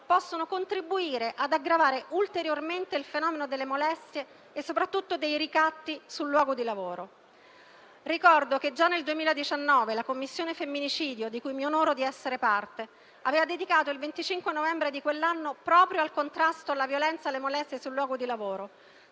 possano contribuire ad aggravare ulteriormente il fenomeno delle molestie e soprattutto dei ricatti sul luogo di lavoro. Ricordo che già nel 2019 la Commissione femminicidio - di cui mi onoro di far parte - aveva dedicato il 25 novembre di quell'anno proprio al contrasto alla violenza e alle molestie sul luogo di lavoro,